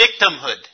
victimhood